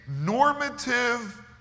normative